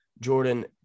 Jordan